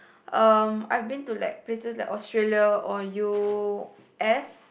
um I've been to like places like Australia or u_s